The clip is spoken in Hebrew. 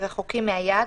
רחוקים מהיעד